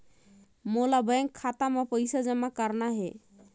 मोला बैंक खाता मां पइसा जमा करना हे?